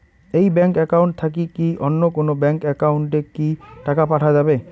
এই bank account থাকি কি অন্য কোনো ব্যাংক একাউন্ট এ কি টাকা পাঠা যাবে?